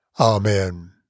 Amen